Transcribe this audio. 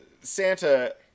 Santa